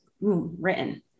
written